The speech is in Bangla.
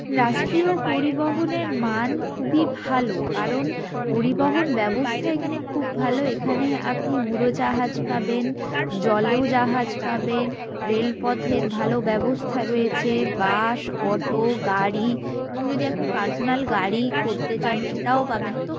রাষ্ট্রীয় পরিবহনের মান খুবই ভালো কারণ পরিবহন ব্যবস্থা এখানে খুব ভালো এখানে আপনি উড়োজাহাজ পাবেন জলেও জাহাজ পাবেন রেলপথের ভালো ব্যবস্থা রয়েছে বাস অটো গাড়ি এবং যদি আপনি পার্সোনাল গাড়ি করতে চান সেটাও পাবেন তো